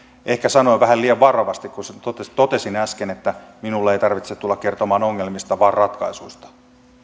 ehkä sanoin vähän liian varovasti kun totesin äsken että minulle ei tarvitse tulla kertomaan ongelmista vaan ratkaisuista